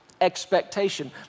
expectation